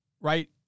Right